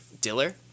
Diller